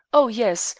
oh yes.